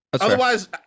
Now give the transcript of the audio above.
Otherwise